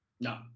No